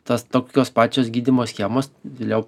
tas tokios pačios gydymo schemos vėliau